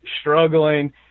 struggling